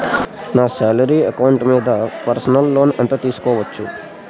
నా salary account మీద personal loan ఎంత తీసుకోవచ్చు?